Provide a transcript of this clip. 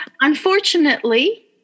Unfortunately